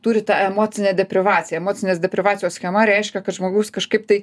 turi tą emocinę deprivaciją emocinės deprivacijos schema reiškia kad žmogus kažkaip tai